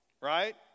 Right